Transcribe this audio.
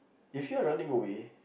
if you are running away